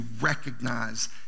recognize